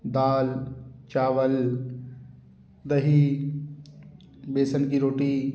दाल चावल दही बेसन की रोटी